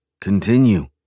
Continue